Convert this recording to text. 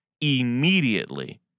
immediately